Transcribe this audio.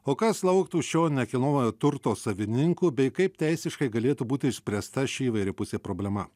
o kas lauktų šio nekilnojamojo turto savininkų bei kaip teisiškai galėtų būti išspręsta ši įvairiapusė problema